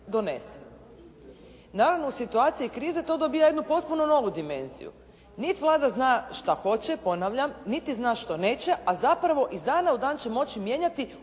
donese. Naravno u situaciji krize to dobija jednu potpuno novu dimenziju. Niti Vlada zna što hoće ponavljam, niti zna što neće, a zapravo iz dana u dan će moći mijenjati ono